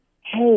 hey